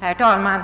Herr talman!